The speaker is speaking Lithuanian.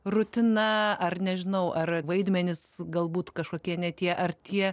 rutina ar nežinau ar vaidmenys galbūt kažkokie ne tie ar tie